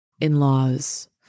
in-laws